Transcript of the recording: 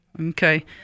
okay